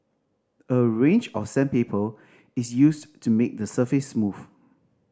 a range of sandpaper is used to make the surface smooth